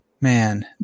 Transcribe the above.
man